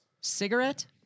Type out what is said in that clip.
Cigarette